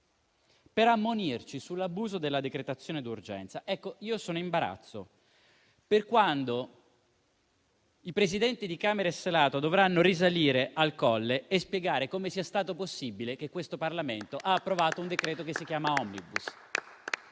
per ammonirci sull'abuso della decretazione d'urgenza. Io sono in imbarazzo per quando i Presidenti di Camera e Senato dovranno risalire al Colle e spiegare come sia stato possibile che questo Parlamento abbia approvato un decreto-legge definito *omnibus.*